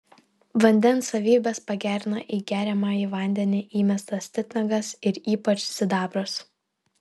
vandens savybes pagerina į geriamąjį vandenį įmestas titnagas ir ypač sidabras